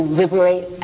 liberate